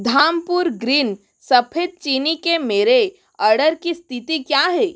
Dhampur green सफ़ेद चीनी के मेरे अर्डर की स्थिति क्या है